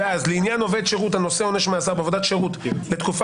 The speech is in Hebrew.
לעניין עובד שירות הנושא עונש מאסר בעבודת שירות לתקופה